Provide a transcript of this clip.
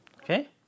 okay